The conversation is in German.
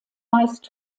meist